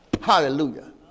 Hallelujah